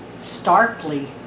Starkly